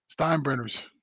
Steinbrenners